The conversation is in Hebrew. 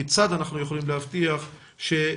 כיצד אנחנו יכולים להבטיח שילדים,